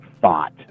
thought